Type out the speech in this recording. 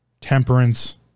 Temperance